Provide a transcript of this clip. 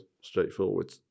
straightforward